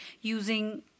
using